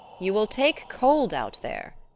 you will take cold out there,